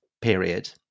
period